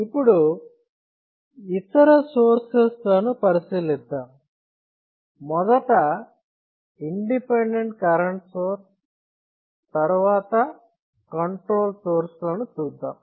ఇప్పుడు ఇతర సోర్సెస్ లను పరిశీలిస్తాము మొదట ఇండిపెండెంట్ కరెంట్ సోర్స్ తరువాత కంట్రోల్ సోర్స్ లను చూద్దాం